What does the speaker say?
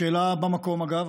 השאלה במקום, אגב.